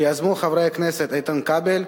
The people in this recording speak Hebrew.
שיזמו חברי הכנסת איתן כבל,